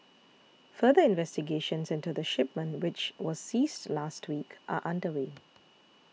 further investigations into the shipment which was seized last week are underway